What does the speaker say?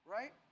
Right